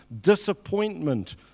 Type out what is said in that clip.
disappointment